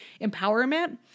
empowerment